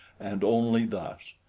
and only thus.